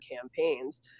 campaigns